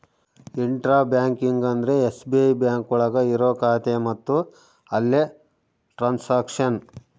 intra banking ಅಂದ್ರೆ SBI bank ಒಳಗ ಇರೋ ಖಾತೆ ಮತ್ತು ಅಲ್ಲೇ ಟ್ರನ್ಸ್ಯಾಕ್ಷನ್